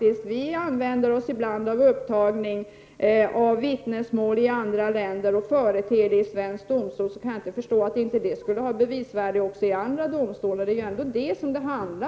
Här i Sverige kan man ju förete sådana inför domstolen. Jag förstår inte varför inte det skulle kunna gälla även utomlands. Det är detta saken gäller.